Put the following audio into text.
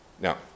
Now